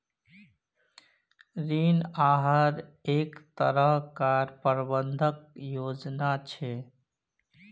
ऋण आहार एक तरह कार प्रबंधन योजना छे